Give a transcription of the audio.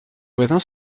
voisins